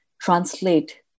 translate